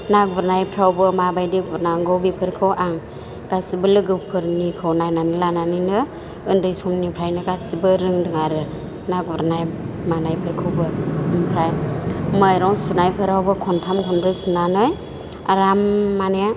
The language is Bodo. ना गुरनायफोरावबो माबायदि गुरनांगौ बेफोरखौ आं गासैबो लोगोफोरनिखौ नायनानै लानानैनो उन्दै समनिफ्रायनो गासैबो रोंदों आरो ना गुरनाय मानायफोरखौबो ओमफ्राय माइरं सुनायफोरावबो खनथाम खनब्रै सुनानै आराम माने